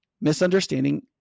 misunderstanding